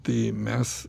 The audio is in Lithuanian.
tai mes